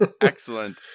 Excellent